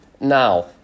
now